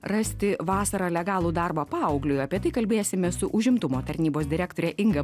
rasti vasarą legalų darbą paaugliui apie tai kalbėsime su užimtumo tarnybos direktore inga